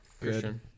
Good